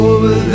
Over